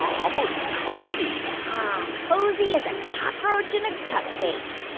almost cozy ah cozy as a cockroach in a cupcake.